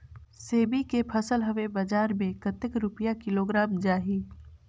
सेमी के फसल हवे बजार मे कतेक रुपिया किलोग्राम जाही?